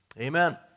amen